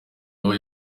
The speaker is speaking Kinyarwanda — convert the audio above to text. aho